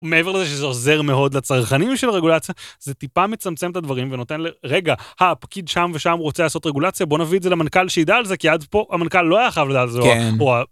מעבר לזה שזה עוזר מאוד לצרכנים של הרגולציה, זה טיפה מצמצם את הדברים ונותן ל... רגע, הפקיד שם ושם רוצה לעשות רגולציה, בוא נביא את זה למנכ״ל שידע על זה, כי אז פה המנכ״ל לא היה חייב לדעת על זה, או ה...